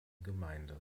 gemeinde